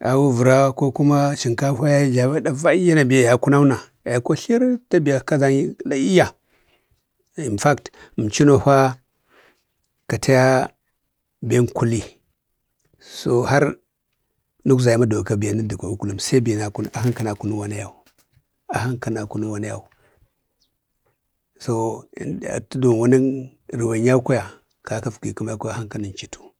Awu vəra kokuma sənkafau yaye vəra ɗavayyana biya ya kunau na biya yaiko tlərətta kazagi layya. "Infakt" əmchunofa kata ben kuli. So har nugza i maduwa ka biya nədukwaga kulum sai biya a hanka na kunu wana yau, a hanka na kunu wana yau. So, atu duwon wanak ərwen yau kwaya kaka əgri kəma kwaya a hanka nən chətu.